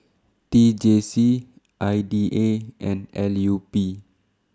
T J C I D A and L U P